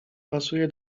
pasuje